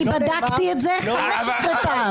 אני בדקתי את זה 15 פעם.